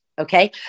Okay